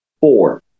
four